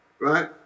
right